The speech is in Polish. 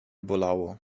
bolało